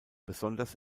besonders